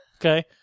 Okay